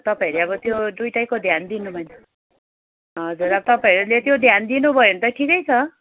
तपाईँहरूले अब त्यो दुइटैको ध्यान दिनुभयो भने हजुर अब तपाईँहरूले त्यो ध्यान दिनुभयो भने त ठिकै छ